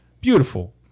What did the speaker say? beautiful